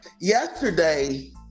Yesterday